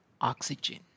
oxygen